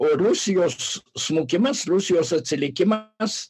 rusijos smukimas rusijos atsilikimas